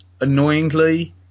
annoyingly